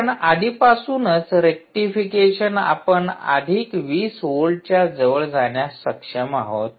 कारण आधीपासूनच रेक्टिफिकेशन आपण अधिक 20 व्होल्ट च्या जवळ जाण्यास सक्षम आहात